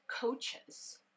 coaches